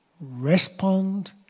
respond